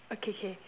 okay K